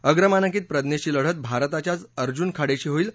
अग्रमानांकित प्रज्ञेशची लढत भारताच्याच अर्जुन खाडेशी होईल